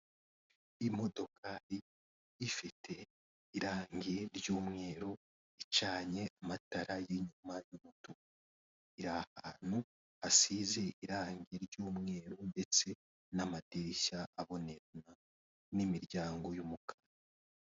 Imodoka yari ifite irangi ry'umweru icanye amatara y'inyuma y'umutuku iri ahantu hasize irangi ry'umweru ndetse n'amadirishya abonerana, n'imiryango y'umukara.